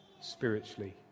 spiritually